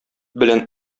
белән